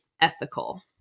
ethical